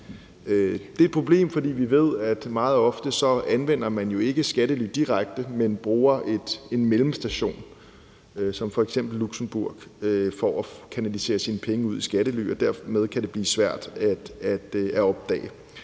Det er et problem, for vi ved, at meget ofte anvender man jo ikke skattely direkte, men bruger en mellemstation som f.eks. Luxembourg for at kanalisere sine penge ud i skattely, og dermed kan det blive svært at opdage